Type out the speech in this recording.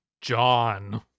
John